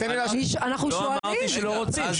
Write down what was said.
לא אמרתי שלא רוצים,